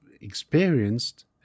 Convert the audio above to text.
experienced